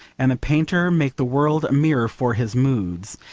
and the painter make the world a mirror for his moods,